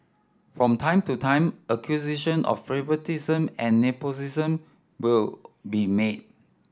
from time to time accusation of favouritism and nepotism will be made